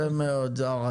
גם